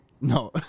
No